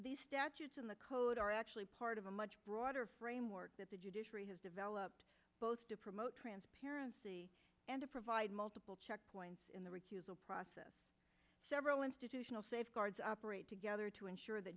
these statutes in the code are actually part of a much broader framework that the judiciary has developed both to promote transparency and to provide multiple checkpoints in the recusal process several institutional safeguards operate together to ensure th